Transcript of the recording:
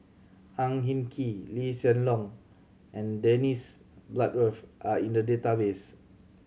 Ang Hin Kee Lee Hsien Loong and Dennis Bloodworth are in the database